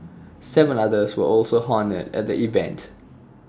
Seven others were also honoured at the event